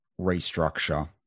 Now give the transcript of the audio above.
restructure